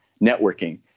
networking